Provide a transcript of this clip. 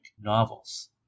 novels